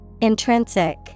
Intrinsic